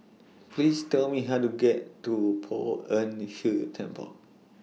Please Tell Me How to get to Poh Ern Shih Temple